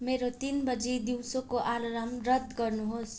मेरो तिन बजी दिउँसोको अलार्म रद्द गर्नुहोस्